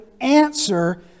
answer